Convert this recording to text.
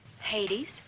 Hades